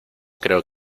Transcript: creo